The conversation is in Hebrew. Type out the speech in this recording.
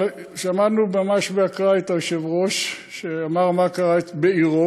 אבל שמענו ממש באקראי את היושב-ראש שאמר מה קרה בעירו,